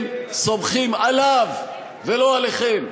הם סומכים עליו ולא עליכן,